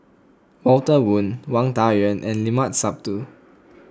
Walter Woon Wang Dayuan and Limat Sabtu